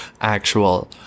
actual